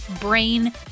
Brain